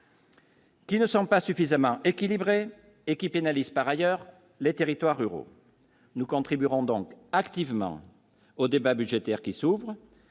Qui ne sont pas suffisamment équilibré et qui pénalise par ailleurs les territoires ruraux nous contribuerons donc activement au débat budgétaire qui s'ouvrent,